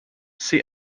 see